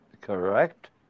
Correct